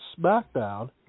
SmackDown